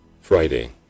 Friday